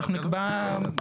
אני אומר,